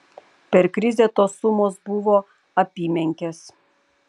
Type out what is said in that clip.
per krizę tos sumos buvo apymenkės